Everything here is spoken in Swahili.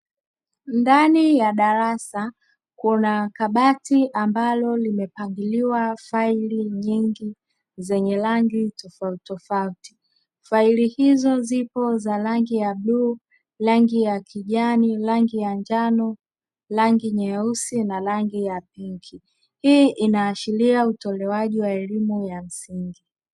Ndani ya darasa kuna kabati ambalo limepangiliwa faili nyingi zenye rangi tofautitofauti, faili hizo zipo rangi ya bluu, rangi ya kijani, rangi ya njano, rangi nyeusi na rangi ya pinki hii inaashiria utolewaji wa elimu ya msingi.